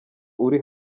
uri